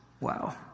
wow